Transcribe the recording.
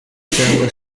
cyangwa